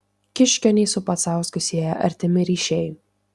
kiškionį su pacausku sieja artimi ryšiai